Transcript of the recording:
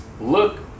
look